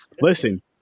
Listen